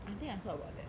I think I heard about that